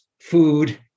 food